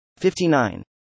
59